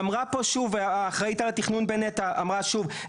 אמרה פה שוב האחראית על התכנון בנת"ע אמרה שוב,